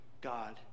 God